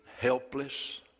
helpless